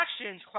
actions